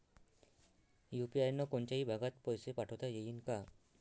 UPI न कोनच्याही भागात पैसे पाठवता येईन का?